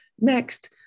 Next